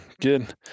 good